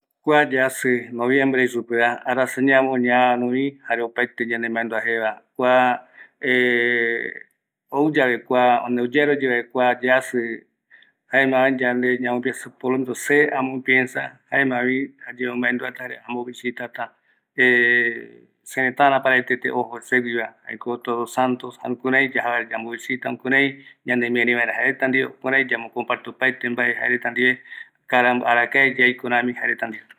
kua yasï noviembre jei supeva, arasa ñavö ñaarövi, jare opaete yande mbaendua jeeva, kua ouyave yave kua, ani oyearo yave kua yajï, jaema yande ñamo piensa, por lo meno se amo piensa jaemavi se ayembo maendua jare ambo visitata, sërëtärä paraetete ojo seguiva, jaeko todos santos, jukurai yaja vaera yambo vicita, jukurai ñane miarivaera jaereta jaendive, jukurai yambo comparte jaereta ndive opaete mbae jaereta ndive. Arakae uaiko rami jaereta ndive.